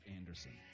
Anderson